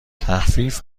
تخفیف